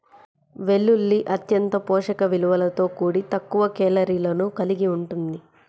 వెల్లుల్లి అత్యంత పోషక విలువలతో కూడి తక్కువ కేలరీలను కలిగి ఉంటుంది